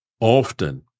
Often